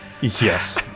Yes